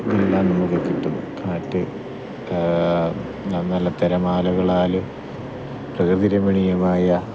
ഇതെല്ലാം നമുക്ക് കിട്ടുന്നു കാറ്റ് നല്ല തിരമാലകളാലും പ്രകൃതി രമണീയമായ